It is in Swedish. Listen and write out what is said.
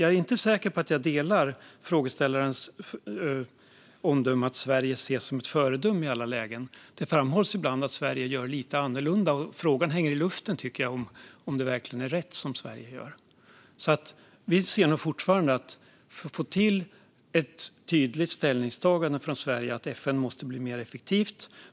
Jag är inte säker på att jag delar frågeställarens omdöme att Sverige ses som ett föredöme i alla lägen. Det framhålls ibland att Sverige gör lite annorlunda. Frågan om det Sverige gör verkligen är rätt hänger i luften. Vi ser att det behövs ett tydligt ställningstagande från Sverige om att FN måste bli mer effektivt.